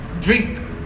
drink